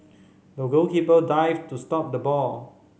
the goalkeeper dived to stop the ball